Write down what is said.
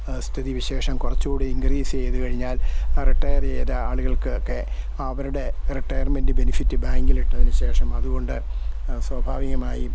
സ്ഥിതി വിശേഷം കുറച്ചു കൂടി ഇൻക്രീസ് ചെയ്തു കഴിഞ്ഞാൽ റിട്ടയർ ചെയ്ത ആളുകൾക്കൊക്കെ അവരുടെ റിട്ടയർമെൻറ്റ് ബെനിഫിറ്റ് ബാങ്കിലിട്ടതിനു ശേഷം അതുകൊണ്ട് സ്വാഭാവികമായും